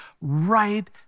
right